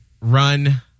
Run